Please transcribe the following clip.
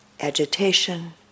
agitation